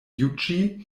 juĝi